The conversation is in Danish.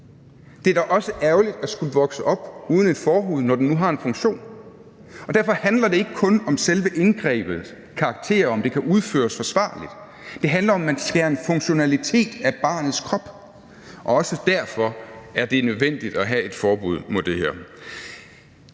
Det er da også ærgerligt at skulle vokse op uden en forhud, når den nu har en funktion. Og derfor handler det ikke kun om selve indgrebets karakter, og om det kan udføres forsvarligt. Det handler om, at man skærer en funktionalitet af barnets krop. Og også derfor er det nødvendigt at have et forbud mod det her.